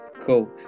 cool